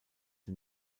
der